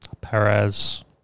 Perez